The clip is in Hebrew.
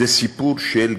זה סיפור של גזענות.